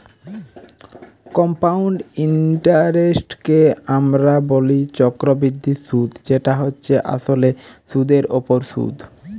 compound ইন্টারেস্টকে আমরা বলি চক্রবৃদ্ধি সুধ যেটা হচ্ছে আসলে সুধের ওপর সুধ